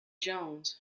jones